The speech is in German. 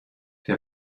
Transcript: der